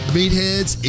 Meatheads